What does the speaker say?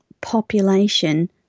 population